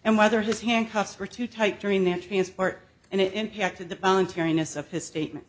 and whether his handcuffs were too tight during their transport and it impacted the voluntariness of his statement